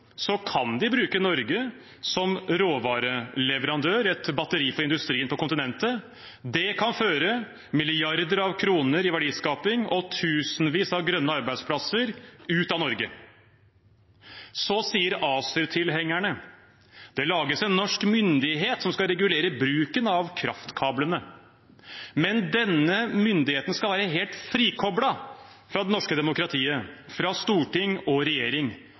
kan de bruke Norge som råvareleverandør, som et batteri for industrien på kontinentet. Det kan føre milliarder av kroner i verdiskaping og tusenvis av grønne arbeidsplasser ut av Norge. Så sier ACER-tilhengerne: Det lages en norsk myndighet som skal regulere bruken av kraftkablene. Men denne myndigheten skal være helt frikoblet fra det norske demokratiet, fra storting og regjering.